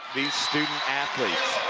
these student athletes.